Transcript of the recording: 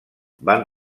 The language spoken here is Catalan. van